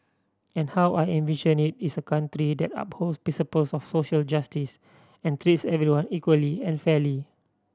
and how I envision it is a country that upholds principles of social justice and treats everyone equally and fairly